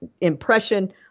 impression